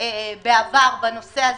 בנושא הזה.